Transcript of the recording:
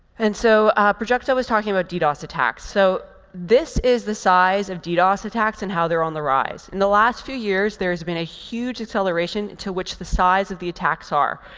and so prajakta was talking about ddos attacks. so this is the size of ddos attacks and how they're on the rise. in the last few years, there has been a huge acceleration to which the size of the attacks are.